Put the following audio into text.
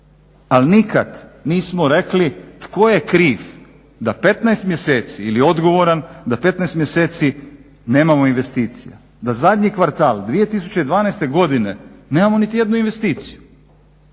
ali nikad nismo rekli tko je kriv da 15 mjeseci ili odgovoran da 15 mjeseci nemamo investicija, da zadnji kvartal 2012. godine nemamo niti jednu investiciju.